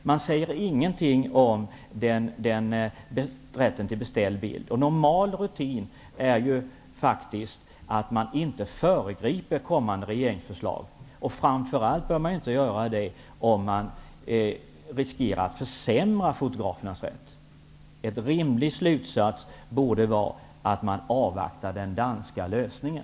Man säger ingenting om rätten till beställd bild. Det är normal rutin att man inte föregriper kommande regeringsförslag. Framför allt bör man inte göra det om man riskerar att försämra fotografernas rätt. En rimlig slutsats borde vara att man avvaktar den danska lösningen.